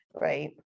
right